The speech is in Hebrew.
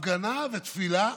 הפגנה ותפילה.